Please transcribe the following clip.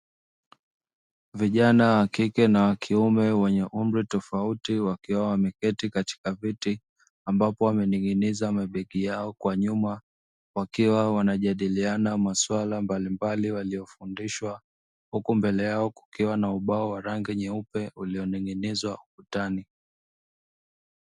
Vijana wakike na wakiume wenye umri tofauti wakiwa wameketi katika viti ambapo wamening'iniza mabegi yao kwa nyuma wakiwa wanajadiliana maswala mbalimbali waliofundishwa, huku mbele yao kukiwa na ubao wa rangi nyeupe ulioning'inizwa ukutani.